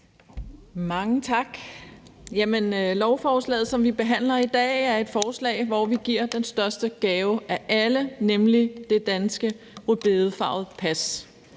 Mange tak. Lovforslaget, som vi behandler i dag, er et forslag, hvor vi giver den største gave af alle, nemlig det danske rødbedefarvede pas,